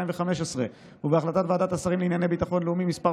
באוקטובר 2015 ובהחלטת ועדת השרים לענייני ביטחון לאומי מס'